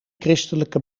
christelijke